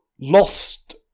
lost